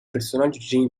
personaggio